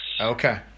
Okay